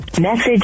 Message